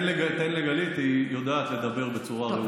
תן לגלית, היא יודעת לדבר בצורה רהוטה.